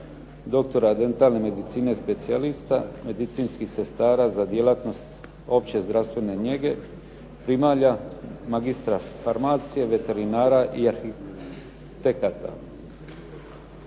doktora dentalne medicine specijalista, medicinskih sestara za djelatnost opće zdravstvene njege, primalja, magistra farmacije, veterinara i arhitekata.